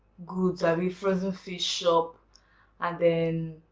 goods, abi frozen fish shop and then.